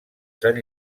sant